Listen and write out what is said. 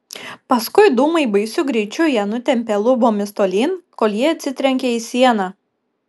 paskui dūmai baisiu greičiu ją nutempė lubomis tolyn kol ji atsitrenkė į sieną